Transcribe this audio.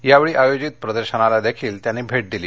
यावेळी आयोजित प्रदर्शनाला त्यांनी भेट दिली